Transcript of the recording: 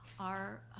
our